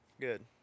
Good